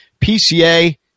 PCA